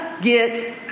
get